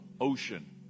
ocean